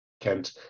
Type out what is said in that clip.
Kent